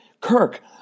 Kirk